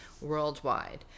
worldwide